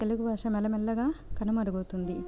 తెలుగు భాష మెల్లమెల్లగా కనుమరుగవుతుంది